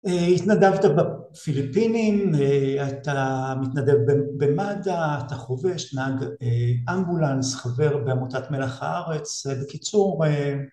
התנדבת בפיליפינים, אתה מתנדב במד"א, אתה חובש, נהג אמבולנס, חבר בעמותת מלח הארץ, בקיצור